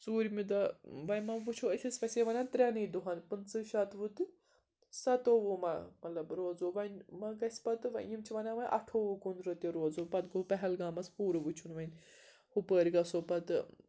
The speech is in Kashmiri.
ژوٗرمہِ دۄہ وۄنۍ ما وٕچھو أسۍ ٲسۍ ویسے وَنان ترٛٮ۪نٕے دۄہَن پٕنٛژٕ شَتوُہ تہٕ سَتووُہ ما مطلب روزو وۄنۍ ما گژھِ پَتہٕ یِم چھِ وَنان وۄنۍ اَٹھووُہ کُنترٕہ تہِ روزو پَتہٕ گوٚو پہلگامَس پوٗرٕ وٕچھُن وۄنۍ ہُپٲرۍ گژھو پَتہٕ